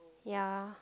ya